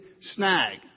snag